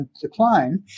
decline